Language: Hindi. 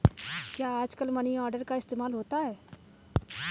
क्या आजकल मनी ऑर्डर का इस्तेमाल होता है?